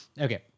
Okay